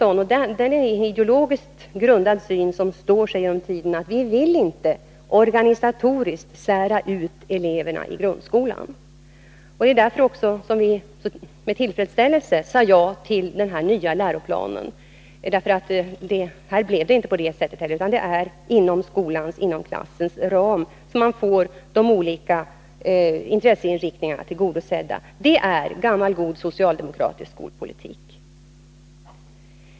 Vår syn — och det är en ideologiskt grundad syn som står sig genom tiderna — innebär att vi inte organisatoriskt vill sära ut eleverna i grundskolan. Det var också därför som vi med tillfredsställelse sade ja till den nya läroplanen — där blev det inte på det sättet, utan det är inom skolans och klassens ram som de olika intresseinriktningarna blir tillgodosedda. Det är gammal god socialdemokratisk skolpolitik.